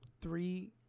three